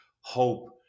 hope